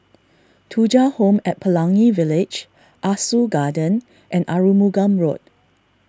Thuja Home at Pelangi Village Ah Soo Garden and Arumugam Road